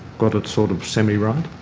got it sort of semi-right?